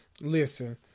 Listen